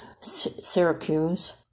Syracuse